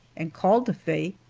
and called to faye,